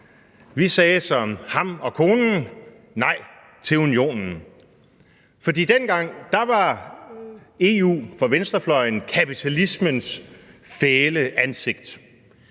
Vi sagde som ham og konen nej til Unionen, fordi dengang var EU for venstrefløjen kapitalismens fæle ansigt.